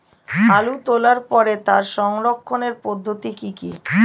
আলু তোলার পরে তার সংরক্ষণের পদ্ধতি কি কি?